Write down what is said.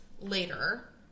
later